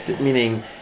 Meaning